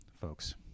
folks